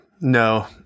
No